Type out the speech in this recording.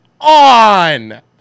on